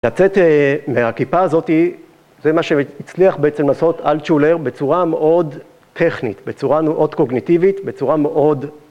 לצאת מהכיפה הזאת, זה מה שהצליח בעצם לעשות אלטשולר בצורה מאוד טכנית, בצורה מאוד קוגניטיבית, בצורה מאוד...